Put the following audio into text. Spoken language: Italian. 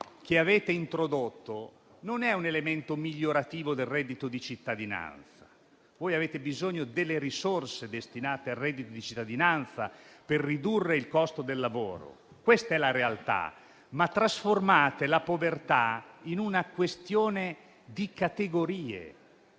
che avete introdotto non è un elemento migliorativo del reddito di cittadinanza. Voi avete bisogno delle risorse destinate al reddito di cittadinanza per ridurre il costo del lavoro - questa è la realtà - ma trasformate la povertà in una questione di categorie.